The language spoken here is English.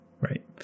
Right